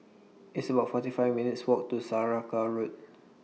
It's about forty five minutes' Walk to Saraca Road